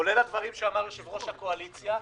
כולל הדברים שאמר יושב-ראש הקואליציה,